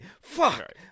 Fuck